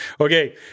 Okay